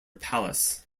palace